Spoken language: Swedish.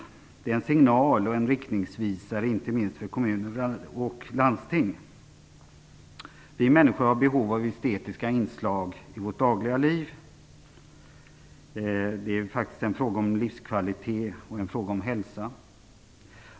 Det är en signal och en riktningsvisare inte minst för kommuner och landsting. Vi människor har behov av estetiska inslag i vårt dagliga liv. Det är faktiskt en fråga om livskvalitet och om hälsa.